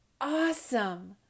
awesome